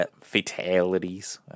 fatalities